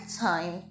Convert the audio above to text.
time